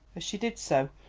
as she did so,